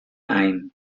ein